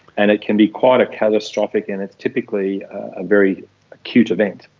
and it can be quite catastrophic and it's typically a very acute event.